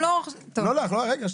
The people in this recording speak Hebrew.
לא, לא, רגע, רגע.